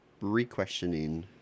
re-questioning